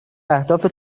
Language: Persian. اهداف